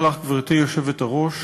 גברתי היושבת-ראש,